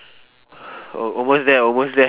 a~ almost there almost there